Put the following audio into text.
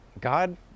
God